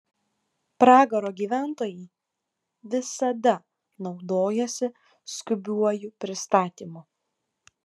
pragaro gyventojai visada naudojasi skubiuoju pristatymu